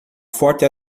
forte